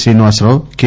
Srinivasarao K